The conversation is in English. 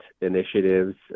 initiatives